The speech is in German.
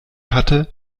hatte